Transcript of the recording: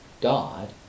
God